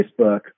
Facebook